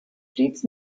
stets